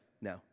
no